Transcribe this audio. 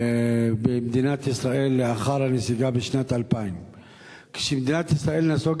במדינת ישראל לאחר הנסיגה בשנת 2000. כשמדינת ישראל נסוגה